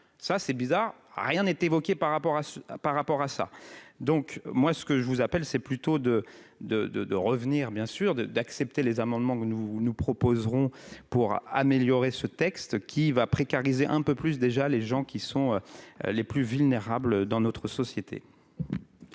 ça c'est bizarre, rien n'est évoquée par rapport à par rapport à ça, donc moi ce que je vous appelle, c'est plutôt de, de, de, de revenir bien sûr de d'accepter les amendements que nous, nous proposerons pour améliorer ce texte qui va précariser un peu plus déjà les gens qui sont les plus vulnérables, dans notre société.